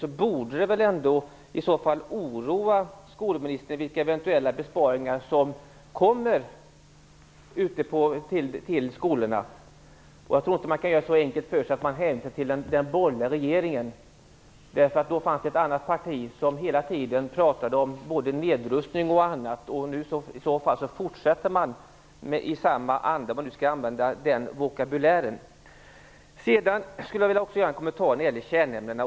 Det borde oroa skolministern vilka besparingar som kommer att drabba skolorna. Jag tror inte man kan göra det så enkelt för sig som att hänvisa till den borgerliga regeringens politik. På den tiden fanns ett annat parti som hela tiden talade om att den förda politiken innebar nedrustning och en del annat i den vägen. Men samma parti fortsätter nu i samma anda, om man skall fortsätta med den vokabulären. Sedan skulle jag vilja göra en kommentar när det gäller kärnämnena.